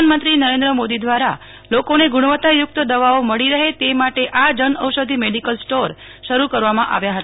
પ્રધાનમંત્રી નરેન્દ્ર મોદી દ્વારા લોકોને ગુણવત્તાયુક્ત દવાઓ મળી રહે તે માટે આ જનઔષધિ મેડીકલ સ્ટોર શરૂ કરવામાં આવ્યા હતા